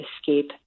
escape